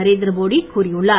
நரேந்திர மொடி கூறியுள்ளார்